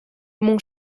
mon